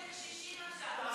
לקשישים עכשיו,